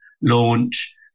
launch